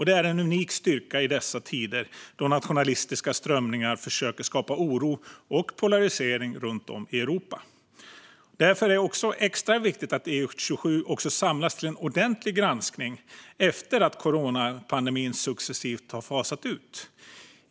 Det är en unik styrka i dessa tider, då nationalistiska strömningar försöker skapa oro och polarisering runt om i Europa. Därför är det extra viktigt att EU-27 också samlas till en ordentlig granskning efter att coronapandemin successivt fasats ut.